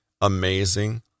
amazing